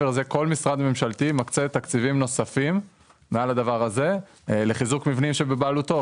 כאשר כל משרד ממשלתי מקצה תקציבים נוספים לחיזוק מבנים בבעלותו.